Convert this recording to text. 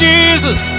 Jesus